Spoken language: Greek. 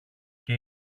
και